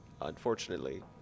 Unfortunately